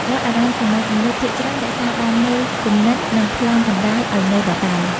វត្តអារាមសម័យទំនើបភាគច្រើនរក្សាបាននូវគំនិត និងប្លង់កណ្តាលឲ្យនៅដដែល។